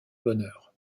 bonheur